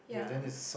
yeah